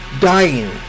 dying